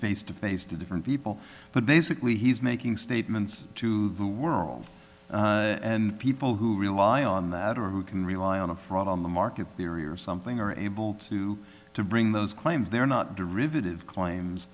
face to face to different people but basically he's making statements to the world and people who rely on that or who can rely on a fraud on the market theory or something are able to to bring those claims they're not